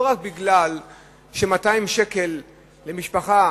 לא רק משום ש-200 שקל למשפחה